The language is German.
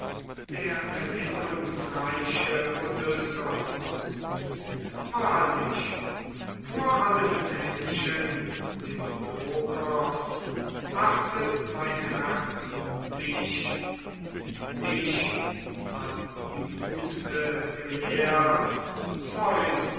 der erfindungsreiche odysseus wahrlich vor allen menschen demodokos achtet mein herz dich dich hat die muse gelehrt zeus